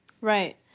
Right